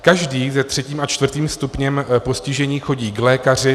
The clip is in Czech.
Každý se třetím a čtvrtým stupněm postižení chodí k lékaři.